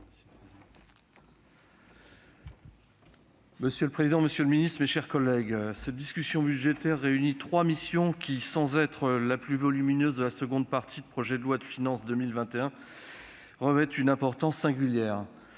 Monsieur le président, monsieur le ministre, mes chers collègues, cette discussion budgétaire réunit trois missions qui, sans être les plus volumineuses de la seconde partie du projet de loi de finances pour 2021, revêtent une importance singulière.